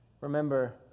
Remember